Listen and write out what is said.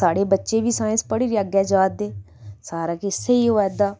साढ़े बच्चे B science पढ़ी'री अग्गै जा दे सारा किश स्हेई होआ दा